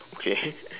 okay